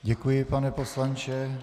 Děkuji, pane poslanče.